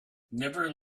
never